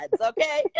Okay